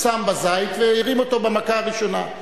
שם בזית והרים אותו במכה הראשונה.